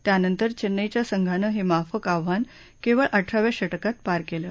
त्यानंतर चऱ्ऱिईच्या संघानं हमिफक आव्हान क्ळळ अठराव्या षटकात पार कलि